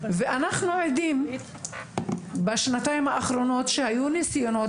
ואנחנו עדים בשנתיים האחרונות שהיו ניסיונות